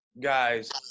guys